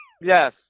Yes